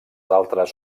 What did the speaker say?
altres